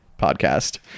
podcast